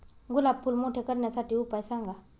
गुलाब फूल मोठे करण्यासाठी उपाय सांगा?